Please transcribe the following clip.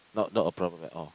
not not a problem at all